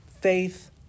Faith